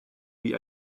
wie